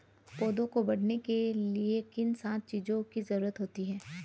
पौधों को बढ़ने के लिए किन सात चीजों की जरूरत होती है?